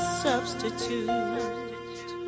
substitute